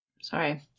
Sorry